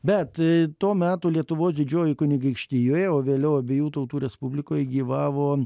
bet to meto lietuvos didžiojoj kunigaikštijoj o vėliau abiejų tautų respublikoj gyvavo